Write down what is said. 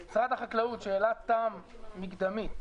החקלאות, שאלת תם מקדמית.